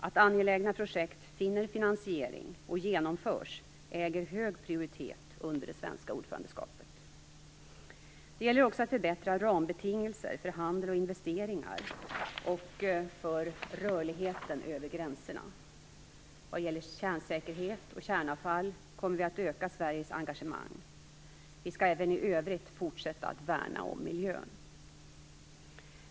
Att angelägna projekt finner finansiering och genomförs äger hög prioritet under det svenska ordförandeskapet. Det gäller också att förbättra rambetingelser för handel och investeringar och för rörligheten över gränserna. Vad gäller kärnsäkerhet och kärnavfall kommer vi att öka Sveriges engagemang. Vi skall även i övrigt fortsätta att värna miljön.